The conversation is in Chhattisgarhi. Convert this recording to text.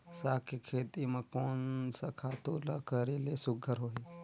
साग के खेती म कोन स खातु ल करेले सुघ्घर होही?